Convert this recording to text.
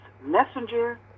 messenger